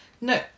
No